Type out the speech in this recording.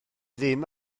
ddim